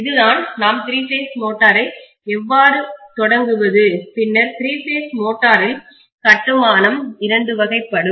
இதுதான் நாம் three phase மோட்டாரை எவ்வாறு தொடங் குவது பின்னர் த்ரீ பேஸ் மோட்டாரில் கட்டுமானம் இரண்டு வகைப்படும்